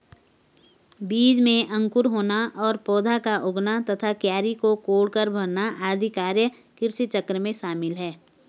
बीज में अंकुर होना और पौधा का उगना तथा क्यारी को कोड़कर भरना आदि कार्य कृषिचक्र में शामिल है